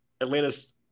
Atlanta's